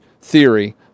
theory